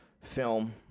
film